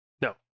No